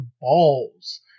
balls